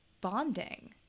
bonding